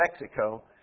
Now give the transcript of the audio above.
Mexico